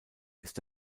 ist